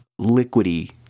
liquidy